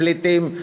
פליטים,